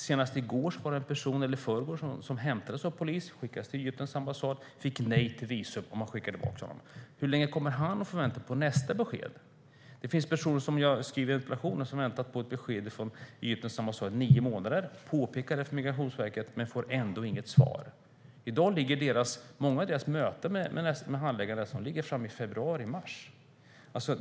Senast i går eller förrgår var det en person som hämtades av polis, skickades till Egyptens ambassad, fick nej till visum och sedan skickades tillbaka. Hur länge kommer han att få vänta på nästa besked? Det finns en person som jag skriver om i interpellationen som väntat på ett besked från Egyptens ambassad i nio månader och som påpekat det för Migrationsverket men ändå inte får något svar. Många möten med handläggare ligger framme i februari och mars.